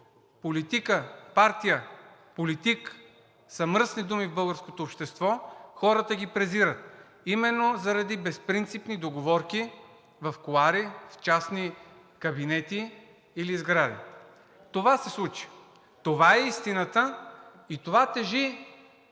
политика, партия, политик са мръсни думи в българското общество. Хората ги презират именно заради безпринципни договорки в кулоари, в частни кабинети или в сгради. Това се случи. Това е истината и това тежи